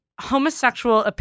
homosexual